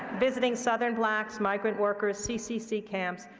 visiting southern blacks, migrant workers, ccc camps,